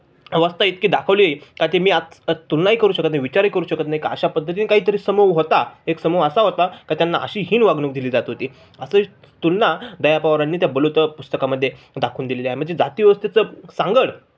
अवस्था इतकी दाखवली आहे का ते मी आज तुलनाही करू शकत नाही विचारही करू शकत नाही का अशा पद्धतीने काहीतरी समूह होता एक समूह असा होता का त्यांना अशी हीन वागणूक दिली जात होती असंही तुलना दया पवारांनी त्या बलुतं पुस्तकामध्ये दाखवून दिलेली आहे म्हणजे जातीव्यवस्थेचं सांगड